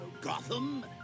Gotham